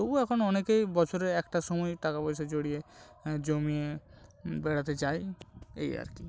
তবুও এখন অনেকেই বছরের একটা সময়ে টাকা পয়সা জড়িয়ে জমিয়ে বেড়াতে যায় এই আর কি